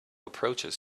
approaches